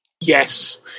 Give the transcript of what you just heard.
Yes